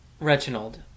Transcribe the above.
Reginald